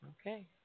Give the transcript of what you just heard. Okay